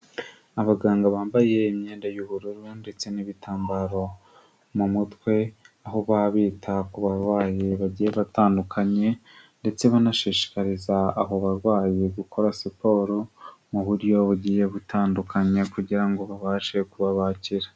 Abaganga bambaye imyenda y'ubururu ndetse n'ibitambaro mu mutwe, aho baba bita kubaryayi bagiye batandukanye, ndetse banashishikariza abo barwayi gukora siporo, mu buryo bugiye butandukanye, kugira ngo babashe kuba bakira.